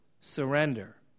surrender